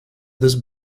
this